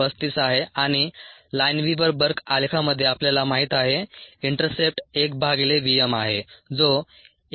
35 आहे आणि Lineweaver Burk आलेखामध्ये आपल्याला माहीत आहे इंटरसेप्ट 1 भागिले v m आहे जो 1